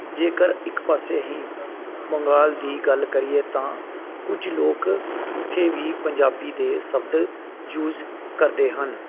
ਜੇਕਰ ਇੱਕ ਪਾਸੇ ਅਸੀਂ ਬੰਗਾਲ ਦੀ ਗੱਲ ਕਰੀਏ ਤਾਂ ਕੁਝ ਲੋਕ ਉੱਥੇ ਵੀ ਪੰਜਾਬੀ ਦੇ ਸ਼ਬਦ ਯੂਜ ਕਰਦੇ ਹਨ